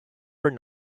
were